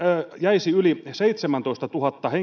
jäisi yli seitsemäntoistatuhatta henkilöä